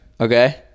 Okay